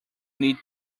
need